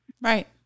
right